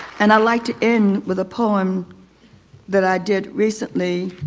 and i'd like to end with a poem that i did recently.